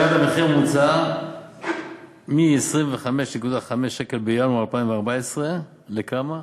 ירד המחיר הממוצע מ-25.5 שקל בינואר 2014 לכמה?